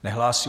Nehlásí.